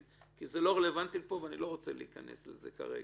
כי זה לא רלוונטי פה ואני לא רוצה להיכנס לזה כרגע.